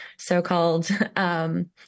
so-called